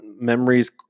memories